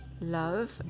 love